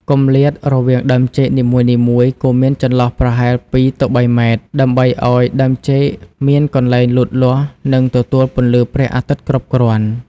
គម្លាតរវាងដើមចេកនីមួយៗគួរមានចន្លោះប្រហែល ២ ទៅ ៣ ម៉ែត្រ ដើម្បីឱ្យដើមចេកមានកន្លែងលូតលាស់និងទទួលពន្លឺព្រះអាទិត្យគ្រប់គ្រាន់។